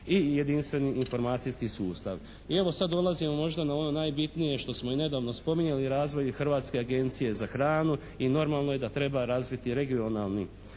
I jedinstveni informacijski sustav. I evo sad dolazimo možda na ono najbitnije što smo i nedavno spominjali. Razvoj Hrvatske agencije za hranu. I normalno je da treba razviti regionalne